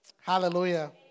Hallelujah